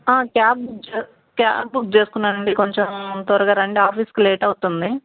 cab book చే cab book చేసుకున్నానండి కొంచెం త్వరగా రండి ఆఫీస్కి లేట్ అవుతుంది